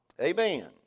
Amen